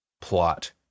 plot